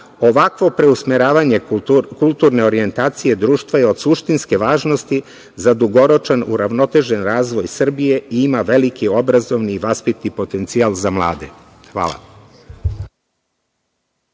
Ovakvo preusmeravanje kulturne orijentacije društva je od suštinske važnosti za dugoročan uravnotežen razvoj Srbije i ima veliki obrazovni i vaspitni potencijal za mlade. Hvala.